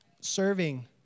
serving